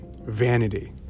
vanity